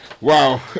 Wow